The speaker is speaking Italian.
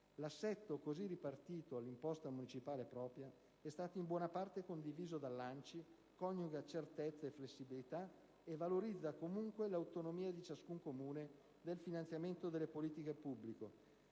L'assetto così impartito all'imposta municipale propria, che è stato in buona parte condiviso dall'ANCI, coniuga certezza e flessibilità, valorizzando peraltro l'autonomia di ciascun Comune nel finanziamento delle politiche pubbliche